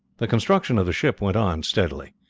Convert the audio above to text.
the construction of the ship went on steadily.